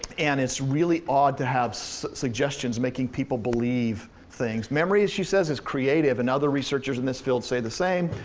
and it's really odd to have so suggestions making people believe things. memory, she says, is creative. and other researchers in this field say the same.